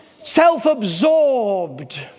Self-absorbed